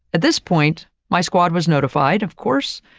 at this point. my squad was notified, of course,